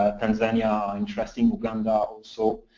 tanzania, interesting, uganda, so